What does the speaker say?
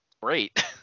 great